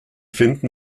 finden